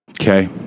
okay